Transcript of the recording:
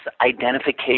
identification